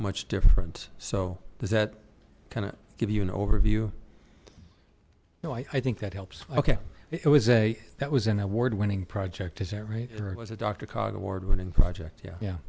much different so does that kind of give you an overview no i think that helps okay it was a that was an award winning project is that right there was a doctor cog award winning project yeah yeah